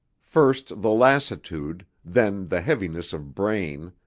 first the lassitude, then the heaviness of brain,